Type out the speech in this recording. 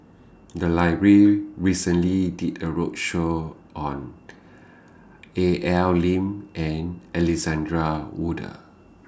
The Library recently did A roadshow on A L Lim and Alexander Wolters